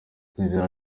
kwizera